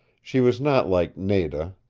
she was not like nada.